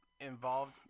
involved